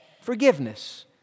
Forgiveness